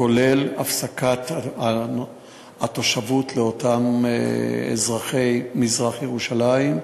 כולל הפסקת התושבות לאותם אזרחי מזרח-ירושלים.